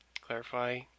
clarify